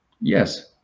Yes